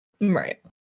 Right